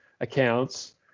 accounts